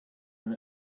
and